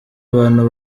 abantu